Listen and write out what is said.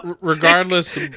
Regardless